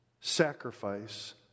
sacrifice